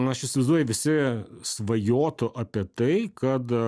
aš įsivaizduoju visi svajotų apie tai kad